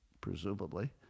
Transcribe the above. presumably